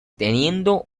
teniendo